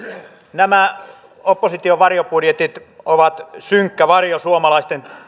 nämä opposition varjobudjetit ovat synkkä varjo suomalaisten